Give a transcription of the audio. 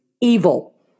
evil